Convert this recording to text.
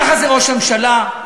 ככה ראש הממשלה,